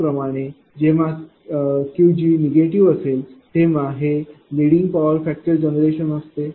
त्याचप्रमाणेजेव्हा Qgनिगेटिव्ह असेल तेव्हा हे लिडिंग पॉवर फॅक्टर जनरेशन असते